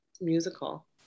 Musical